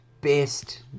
best